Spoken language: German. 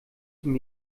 zum